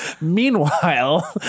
Meanwhile